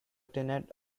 tenet